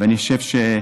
ואני חושב,